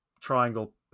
triangle